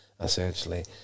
essentially